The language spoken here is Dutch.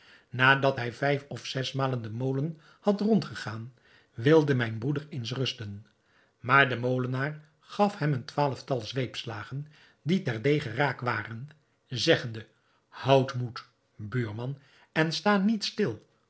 nadat hij vijf of zes malen den molen had rond gegaan wilde mijn broeder eens rusten maar de molenaar gaf hem een twaalftal zweepslagen die ter dege raak waren zeggende houd moed buurman en sta niet stil